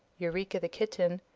eureka the kitten,